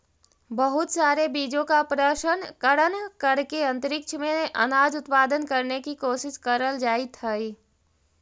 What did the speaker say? बहुत सारे बीजों का प्रशन करण करके अंतरिक्ष में अनाज उत्पादन करने की कोशिश करल जाइत हई